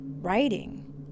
writing